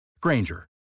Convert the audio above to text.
Granger